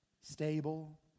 stable